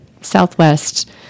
southwest